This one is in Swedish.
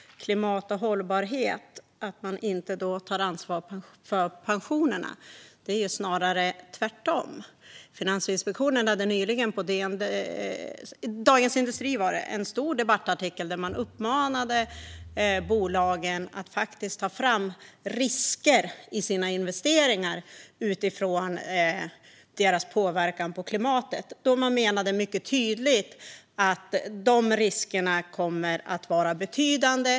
Herr ålderspresident! Det finns ingenting som säger att man inte tar ansvar för pensionerna om man tar ansvar för klimat och hållbarhet. Det är snarare tvärtom. Finansinspektionen hade nyligen en stor debattartikel i Dagens industri, där man uppmanade bolagen att ta fram risker i sina investeringar utifrån deras påverkan på klimatet, då man mycket tydligt menade att riskerna kommer att vara betydande.